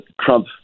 Trump